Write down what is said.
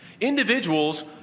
Individuals